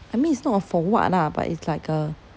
I mean it's not like for what lah but it's like a